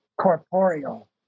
corporeal